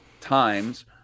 times